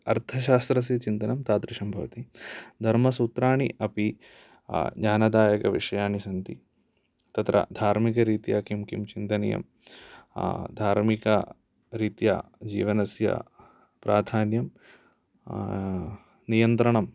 अर्थशास्त्रस्य चिन्तनं तादृशं भवति धर्मसूत्राणि अपि ज्ञानदायकविषयाणि सन्ति तत्र धार्मिक्रीत्या किं किं चिन्तनीयं धार्मिकरीत्या जीवनस्य प्रधान्यं नियन्त्रणम्